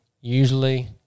usually